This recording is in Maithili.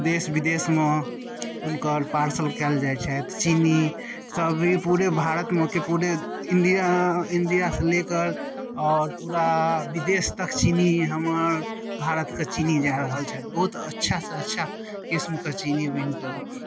देश बिदेशमे हुनकर पार्सल कयल जाइत छथि चीनी सभ पूरे भारतमे कि पूरे इण्डिया इण्डिया से लेकर आओर पूरा बिदेश तक चीनी हमर भारतके चीनी जा रहल छथि बहुत अच्छा सँ अच्छा किस्म के चीनी बनि कऽ